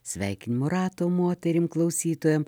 sveikinimų rato moterim klausytojom